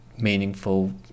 meaningful